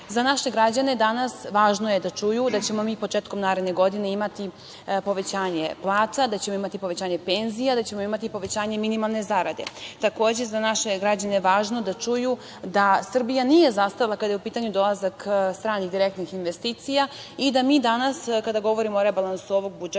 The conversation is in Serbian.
naše građane danas važno je da čuju da ćemo mi početkom naredne godine imati povećanje plata, da ćemo imati povećanje penzija, da ćemo imati povećanje minimalne zarade. Takođe, za naše građane je važno da čuju da Srbija nije zastala kada je u pitanju dolazak stranih direktnih investicija i da mi danas, kada govorimo o rebalansu ovog budžeta,